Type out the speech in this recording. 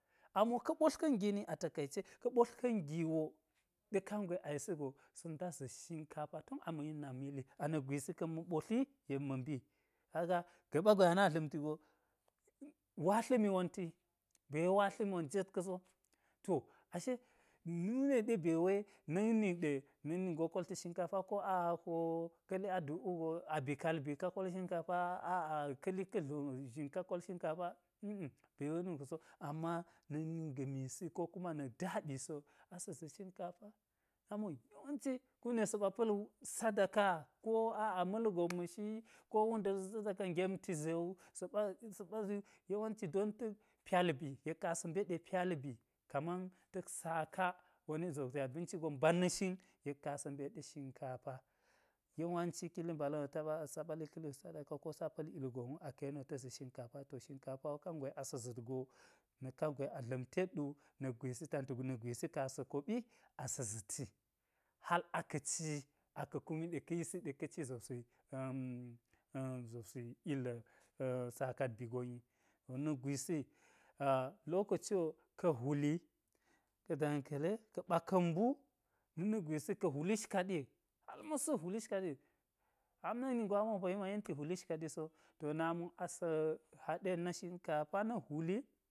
Amo ka̱ ɓotlka̱n gini atakaice ka̱ ɓotlka̱n gi wo ɗe kangwe a yisi go sa̱ da za̱t shinkafa tun a ma̱ yi nak mili ana̱k gwisi ka̱n ma̱ ɓotli yek ma̱ mbi, kaga ga̱ɓa gwe a na dla̱mti go wa tla̱mi wonti yi be we watla̱mi wo njet ka̱so, to ashe nu ne yi ɗe be we na̱k nin ɗe, na̱k nin go kolti shinkafa wo ko a ko ka̱li aduk wu go a bi kal bi ka kol shinkafa-a-a ka̱li ka̱ dlo zhin ka kol shinkafa a̱a̱ be we nu ka̱ so ama na̱k nin gamisi ko kuma na̱ daɓisi wo sa asa̱ zi shinkafa amo yawanci kume sa̱ pa̱l sadaka ko-a-a- ma̱lgon ma̱shi ko wunda̱l sadaka gemti ze wu sa̱ ɓa sa̱ɓa ziwu yawanci don ta pyal bi yek ka̱n asa̱ mbe ɗe pyal bi kaman ta̱k saka woni zobsi abinci gon ba̱nna shin, yek ka̱n asa mbe ɗe shinkafa, yawanci kili mbala̱n ta ɓa lika hi sadaka sa̱ ɓa li ka lu sadaka ko sa pa̱l ilgon wu aka̱ yeni wo ta zi shinkafa, to shinkafa wo kangwe asa̱ za̱t go nak kangwe a dla̱mtet wu, na̱k gwisi na̱k ga tantu ga̱ na̱k gwisi ka̱n asa̱ koɓi asa̱ za̱ti hal ka̱ ci aka̱ kumi ɗe ka̱ yisi ɗe ka̱ ci zobsi illa̱ sakat bi gon wi to na̱k gwisi a̱ lokoci wo ka hwuli, ka̱ dankali, ka̱ ɓaka̱n mbu, na̱ na̱k gwisi, ka̱ hwulish kaɗi hal suk hwulish kaɗi, hal na̱k ningo amo apo ya yenti hwulish kaɗi so, to nami asa̱ haɗe na shinkafa na̱ hwuli